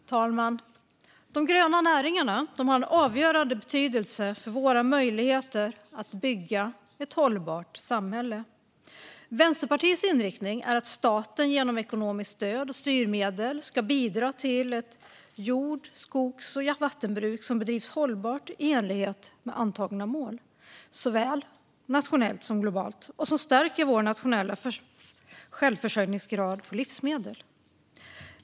Fru talman! De gröna näringarna har avgörande betydelse för våra möjligheter att bygga ett hållbart samhälle. Vänsterpartiets inriktning är att staten genom ekonomiskt stöd och styrmedel ska bidra till ett jord, skogs och vattenbruk som bedrivs hållbart i enlighet med antagna mål, såväl nationellt som globalt, och som stärker vår nationella självförsörjningsgrad av livsmedel.